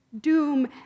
doom